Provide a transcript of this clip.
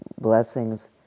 blessings